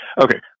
Okay